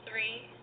Three